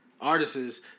artists